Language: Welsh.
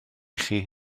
chi